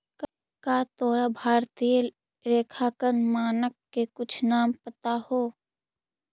का तोरा भारतीय लेखांकन मानक के कुछ नाम पता हो?